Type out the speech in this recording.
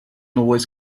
always